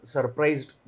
Surprised